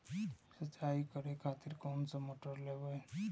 सीचाई करें खातिर कोन सा मोटर लेबे?